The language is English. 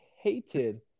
hated